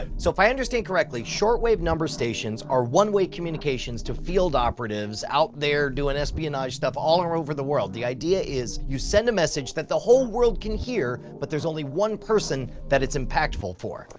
and so if i understand correctly, shortwave number stations are one-way communications to field operatives out there doing espionage stuff all over the world. the idea is, you send a message that the whole world can hear, but there's only one person that it's impactful for.